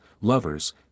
lovers